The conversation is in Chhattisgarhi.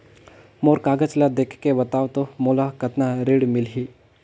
मोर कागज ला देखके बताव तो मोला कतना ऋण मिलही?